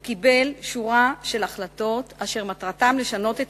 הוא קיבל שורה של החלטות אשר מטרתן לשנות את